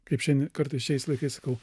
kaip šiandien kartais šiais laikaissakau